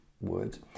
words